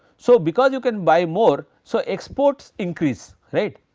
so, because you can buy more so exports increase right,